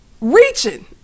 reaching